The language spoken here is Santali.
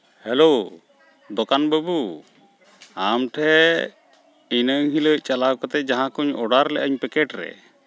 ᱦᱮᱞᱳ ᱫᱚᱠᱟᱱ ᱵᱟᱹᱵᱩ ᱟᱢ ᱴᱷᱮᱡ ᱤᱱᱟᱹ ᱦᱤᱞᱳᱜ ᱪᱟᱞᱟᱣ ᱠᱟᱛᱮᱫ ᱡᱟᱦᱟᱸᱠᱩᱧ ᱚᱰᱟᱨ ᱞᱮᱫᱟ ᱯᱮᱠᱮᱴ ᱨᱮ